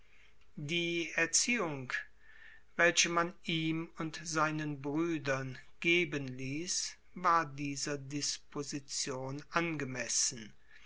die erziehung welche man ihm und seinen brüdern geben ließ war dieser disposition angemessen